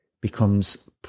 becomes